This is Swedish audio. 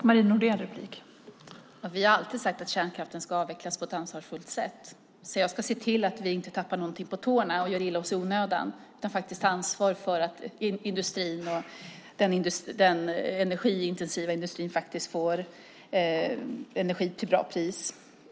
Fru talman! Vi har alltid sagt att kärnkraften ska avvecklas på ett ansvarsfullt sätt. Jag ska se till att vi inte tappar någonting på tårna och gör oss illa i onödan utan faktiskt tar ansvar för att den energiintensiva industrin får energi till bra pris.